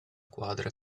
quadra